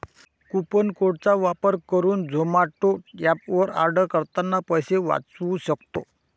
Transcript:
coupon code चा वापर करुन झोमाटो एप वर आर्डर करतांना पैसे वाचउ सक्तो